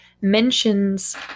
mentions